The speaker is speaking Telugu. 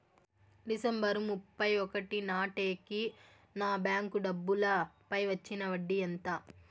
డిసెంబరు ముప్పై ఒకటి నాటేకి నా బ్యాంకు డబ్బుల పై వచ్చిన వడ్డీ ఎంత?